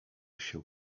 się